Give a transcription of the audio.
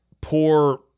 poor